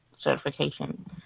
certification